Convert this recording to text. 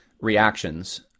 reactions